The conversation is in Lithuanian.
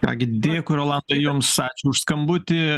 ką gi dėkui rolandai jums ačiū už skambutį